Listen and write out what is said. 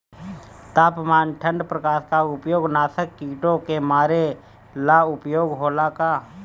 तापमान ठण्ड प्रकास का उपयोग नाशक कीटो के मारे ला उपयोग होला का?